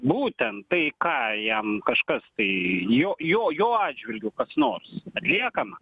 būtent tai ką jam kažkas tai jo jo jo atžvilgiu kas nors atliekama